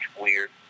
weird